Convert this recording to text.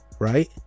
Right